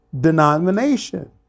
denomination